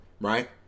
right